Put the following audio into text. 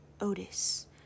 Otis